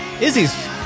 Izzy's